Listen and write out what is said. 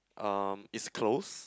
um it's close